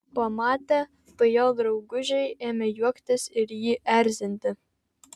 pamatę tai jo draugužiai ėmė juoktis ir jį erzinti